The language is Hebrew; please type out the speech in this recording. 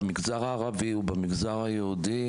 במגזר הערבי ובמגזר היהודי,